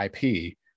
IP